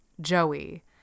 Joey